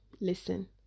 Listen